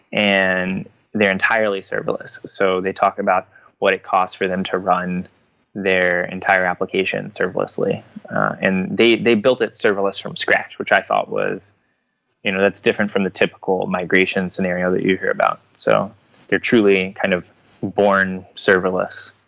and they're entirely serverless. so they talk about what it cost for them to run their entire application serverlessly and they they built it serverless from scratch, which i thought was you know that's different from the typical migration scenario that you hear about. so they're truly kind of born serverless.